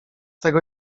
tego